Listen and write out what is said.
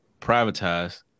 privatized